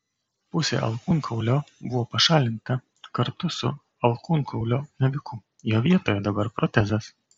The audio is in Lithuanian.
pusė alkūnkaulio buvo pašalinta kartu su alkūnkaulio naviku jo vietoje dabar protezas